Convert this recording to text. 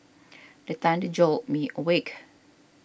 the thunder jolt me awake